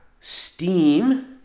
Steam